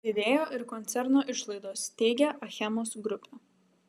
didėjo ir koncerno išlaidos teigia achemos grupė